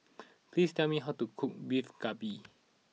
please tell me how to cook Beef Galbi